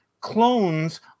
clones